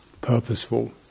purposeful